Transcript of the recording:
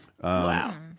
Wow